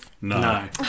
No